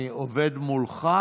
גם ארוחת בוקר,